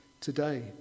today